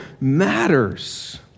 matters